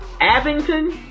Abington